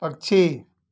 पक्षी